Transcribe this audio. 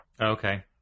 Okay